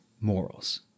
morals